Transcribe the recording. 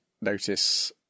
notice